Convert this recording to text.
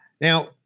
Now